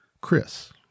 Chris